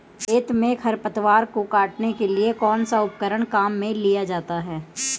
खेत में खरपतवार को काटने के लिए कौनसा उपकरण काम में लिया जाता है?